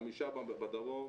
חמש בדרום,